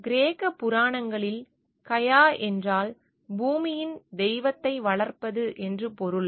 கிரேக்க புராணங்களில் கயா என்றால் பூமியின் தெய்வத்தை வளர்ப்பது என்று பொருள்